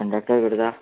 conductor करता